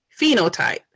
phenotype